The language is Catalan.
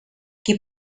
qui